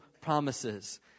promises